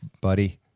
buddy